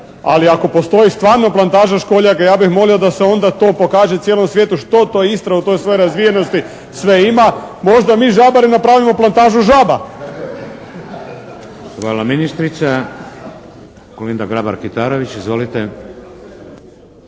ali ako postoji stvarno plantaža školjaka ja bih molio da se onda to pokaže cijelom svijetu što to Istra u toj svojoj razvijenosti sve ima. Možda mi žabari napravimo plantažu žaba. **Šeks, Vladimir (HDZ)** Hvala. Ministrica, Kolinda Grabar Kitarović. Izvolite.